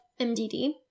MDD